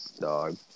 dog